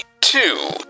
two